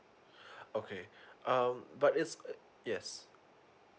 okay um but it's uh yes